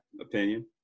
opinion